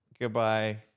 Goodbye